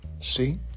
see